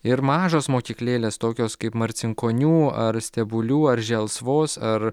ir mažos mokyklėlės tokios kaip marcinkonių ar stebulių ar želsvos ar